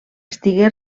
estigué